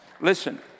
Listen